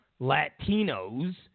Latinos